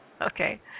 Okay